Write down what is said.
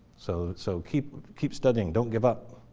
so so keep keep studying, don't give up.